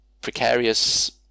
precarious